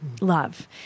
love